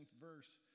verse